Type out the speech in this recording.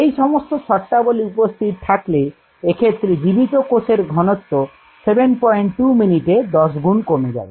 এই সমস্ত শর্তাবলী উপস্থিত থাকলে এক্ষেত্রে জীবিত কোষ এর ঘনত্ব 72 মিনিটে দশ গুণ কমে যাবে